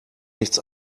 nichts